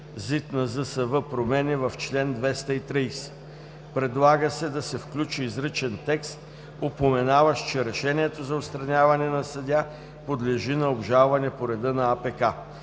ЗИД на ЗСВ промени в чл. 230. Предлага се да се включи изричен текст, упоменаващ, че решението за отстраняване на съдия подлежи по обжалване по реда на АПК.